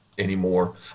anymore